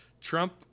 Trump